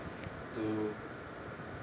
to